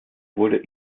wurde